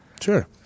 Sure